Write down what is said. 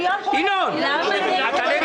לדבר.